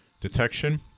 detection